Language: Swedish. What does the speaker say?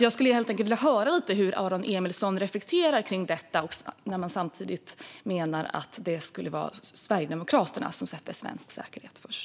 Jag skulle helt enkelt vilja höra hur Aron Emilsson reflekterar kring detta när man samtidigt menar att det skulle vara Sverigedemokraterna som sätter svensk säkerhet först.